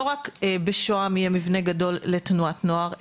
לא רק בשוהם יהיה מבנה גדול לתנועת נוער,